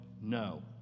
No